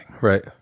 Right